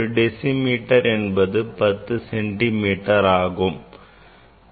1 decimeter என்பது 10 centimeter ஆகும்